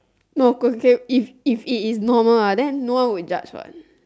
no if it is normal ah then no one will judge what